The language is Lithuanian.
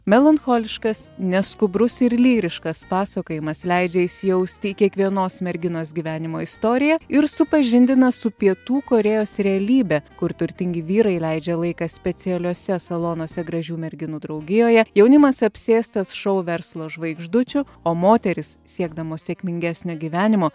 melancholiškas neskubrus ir lyriškas pasakojimas leidžia įsijausti į kiekvienos merginos gyvenimo istoriją ir supažindina su pietų korėjos realybe kur turtingi vyrai leidžia laiką specialiuose salonuose gražių merginų draugijoje jaunimas apsėstas šou verslo žvaigždučių o moterys siekdamos sėkmingesnio gyvenimo